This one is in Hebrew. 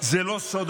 זה לא סוד,